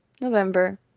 November